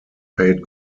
paid